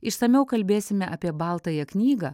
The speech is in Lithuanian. išsamiau kalbėsime apie baltąją knygą